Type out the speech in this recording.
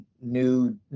new